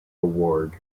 award